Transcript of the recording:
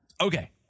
Okay